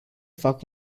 fac